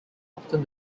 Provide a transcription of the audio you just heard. often